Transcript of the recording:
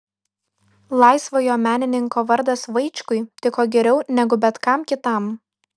laisvojo menininko vardas vaičkui tiko geriau negu bet kam kitam